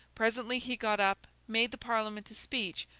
presently he got up, made the parliament a speech,